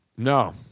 No